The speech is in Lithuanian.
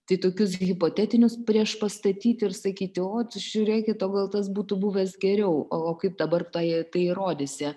tai tokius hipotetinius prieš pastatyti ir sakyti ot žiūrėkit o gal tas būtų buvęs geriau o kaip dabar tai tai įrodysi